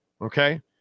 Okay